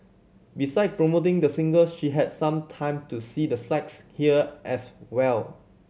beside promoting the single she had some time to see the sights here as well